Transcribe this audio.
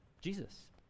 Jesus